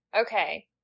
Okay